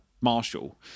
Marshall